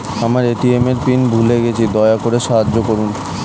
আমার এ.টি.এম এর পিন ভুলে গেছি, দয়া করে সাহায্য করুন